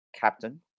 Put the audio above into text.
captain